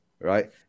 right